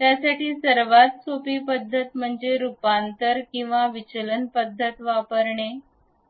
यासाठी सर्वात सोपी पद्धत म्हणजे रूपांतर आणि विचलन पद्धत वापरणे